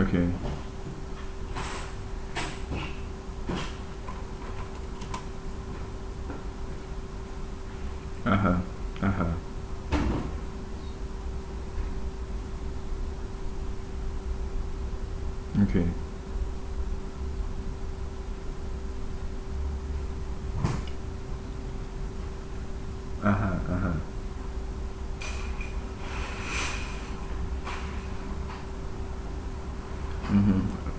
okay (uh huh) (uh huh) okay (uh huh) (uh huh) mmhmm